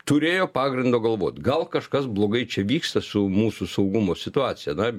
turėjo pagrindo galvot gal kažkas blogai čia vyksta su mūsų saugumo situacija na